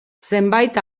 zenbait